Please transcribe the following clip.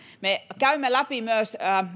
me käymme läpi myös